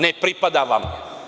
Ne pripada vam.